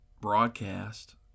broadcast